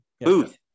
Booth